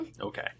Okay